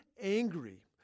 angry